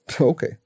Okay